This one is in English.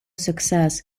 success